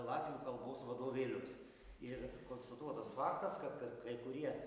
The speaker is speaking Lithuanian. latvių kalbos vadovėlius ir konstatuotas faktas kad kad kai kurie